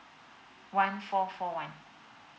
one four four one